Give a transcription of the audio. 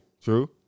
True